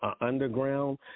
underground